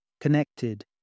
connected